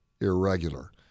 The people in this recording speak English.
irregular